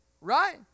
right